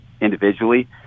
individually